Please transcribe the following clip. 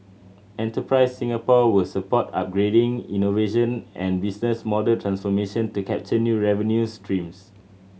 Enterprise Singapore will support upgrading innovation and business model transformation to capture new revenue streams